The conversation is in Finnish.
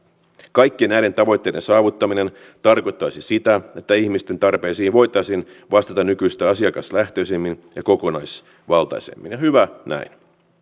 kaikkien näiden tavoitteiden saavuttaminen tarkoittaisi sitä että ihmisten tarpeisiin voitaisiin vastata nykyistä asiakaslähtöisemmin ja kokonaisvaltaisemmin ja hyvä näin